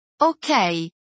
Okay